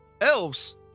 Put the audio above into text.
elves